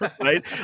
right